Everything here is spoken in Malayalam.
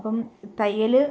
അപ്പം തയ്യൽ